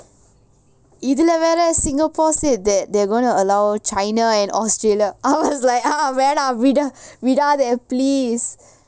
இதுல வேற:ithula vera singapore said that they're gonna allow china and australia I was like வேணா விடா~ விடாதே:venaa vida~ vidaathae please